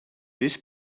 this